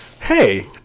Hey